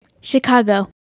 Chicago